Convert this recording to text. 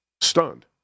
stunned